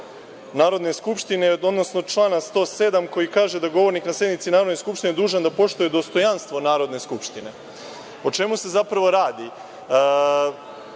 Narodne skupštine, odnosno člana 107. koji kaže da govornik na sednici Narodne skupštine je dužan da poštuje dostojanstvo Narodne skupštine. O čemu se zapravo radi?